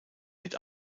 mit